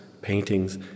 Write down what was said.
paintings